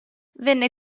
venne